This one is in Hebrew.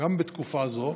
גם בתקופה זו,